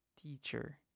Teacher